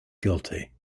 guilty